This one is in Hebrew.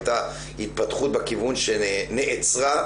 מסיבות מוכרות ומובנות שנעוצות בשוק התעסוקה,